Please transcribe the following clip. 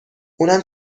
اونم